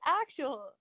actual